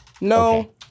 No